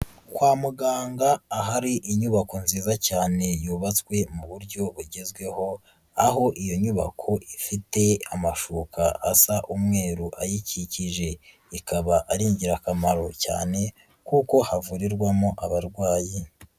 Kwa muganga ahari inyubako nziza cyane yubatswe mu buryo bugezweho, aho iyo nyubako ifite amashuka asa umweru ayikikije, ikaba ari ingirakamaro cyane kuko havurirwa abarwayi.